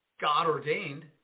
God-ordained